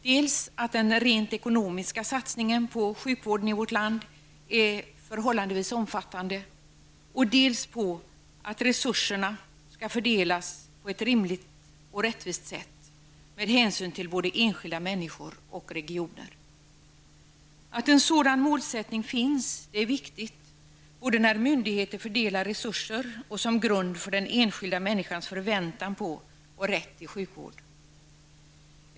Den ena är att den rent ekonomiska satsningen på sjukvården i vårt land är förhållandevis omfattande, och den andra är att resurserna skall fördelas på ett rimligt och rättvist sätt med hänsyn till både enskilda människor och regioner. Det är viktigt att en sådan målsättning finns både när myndigheter fördelar resurser och som grund för den enskilda människans förväntan på och rätt till sjukvård.